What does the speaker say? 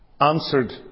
answered